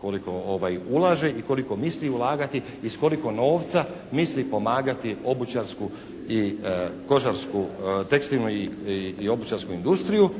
koliko ulaže i koliko misli ulagati i s koliko novca misli pomagati obućarsku i kožarsku, tekstilnu i obućarsku industriju.